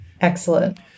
excellent